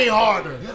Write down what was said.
harder